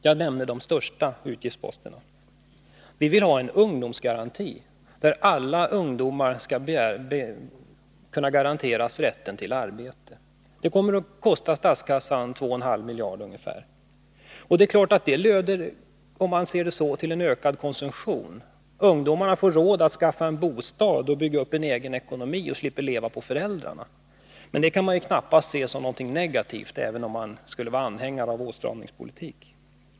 Jag nämner de största utgiftsposterna. Vi vill ha en ungdomsgaranti, där alla ungdomar skall kunna garanteras rätten till arbete. Det kommer att kosta statskassan ungefär 2,5 miljarder. Det leder naturligtvis, om man säger så, till en ökad konsumtion. Ungdomarna får råd att skaffa en bostad och bygga upp en egen ekonomi och slipper leva på föräldrarna. Det kan knappast ses som någonting negativt, även om man skulle vara anhängare av åtstramningspolitiken.